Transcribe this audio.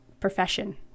profession